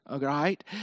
right